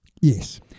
Yes